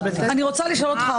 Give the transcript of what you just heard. אני רוצה לשאול אותך,